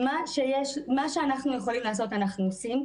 מה שאנחנו יכולים לעשות אנחנו עושים,